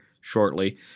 shortly